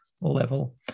level